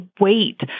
wait